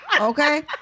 Okay